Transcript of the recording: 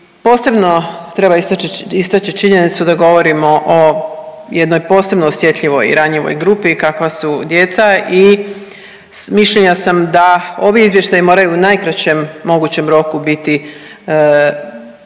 posebno treba istaći činjenicu da govorimo o jednoj posebno osjetljivoj i ranjivoj grupi kakva su djeca i mišljenja sam da ovi izvještaji moraju u najkraćem mogućem roku biti ovdje